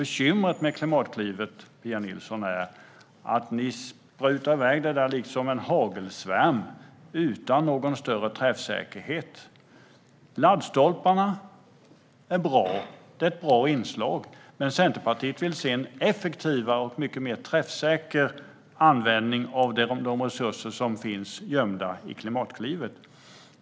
Bekymret med Klimatklivet, Pia Nilsson, är att ni sprutar iväg det som en hagelsvärm, utan större träffsäkerhet. Laddstolpar är ett bra inslag, men Centerpartiet vill se en effektivare och mycket mer träffsäker användning av de resurser som finns gömda i Klimatklivet.